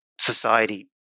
society